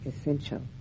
essential